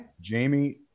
Jamie